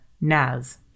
Naz